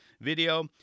video